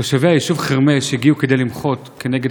תושבי היישוב חרמש הגיעו כדי למחות נגד